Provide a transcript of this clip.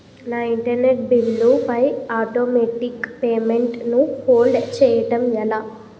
నా internet bill పై automatic payment ను హోల్డ్ చేయటం ఎలా?